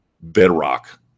bedrock